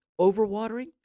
overwatering